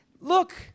look